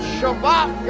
Shabbat